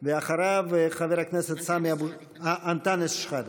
אחריו, חבר הכנסת אנטאנס שחאדה.